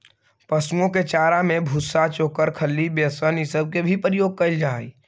पशुओं के चारा में भूसा, चोकर, खली, बेसन ई सब के भी प्रयोग कयल जा हई